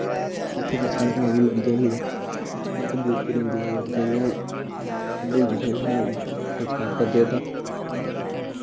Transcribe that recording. दिक्खो जी साढ़े कोई मरी जा ना उत्थै बड़े सारे देविका जंदे लोग खड्डें उत्थै संस्कार करदे उं'दा